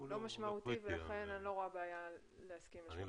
לא משמעותי ולכן אני לא רואה בעיה להסכים לכך.